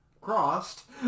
crossed